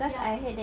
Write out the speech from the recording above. ya